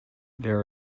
there